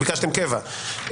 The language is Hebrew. קבע?